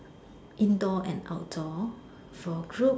indoor and outdoor for group